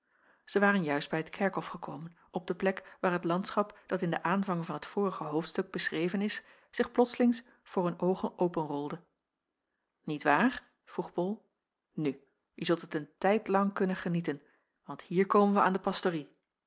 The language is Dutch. zij waren juist bij het kerkhof gekomen op de plek waar het landschap dat in den aanvang van het vorige hoofdstuk beschreven is zich plotslings voor hun oogen openrolde niet waar vroeg bol nu je zult het een tijd lang kunnen genieten want hier komen wij aan de pastorie